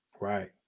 right